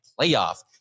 playoff